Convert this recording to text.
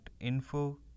info